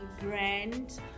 brand